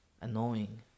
Annoying